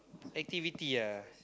activity ah